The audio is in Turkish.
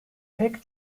pek